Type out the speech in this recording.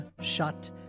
shut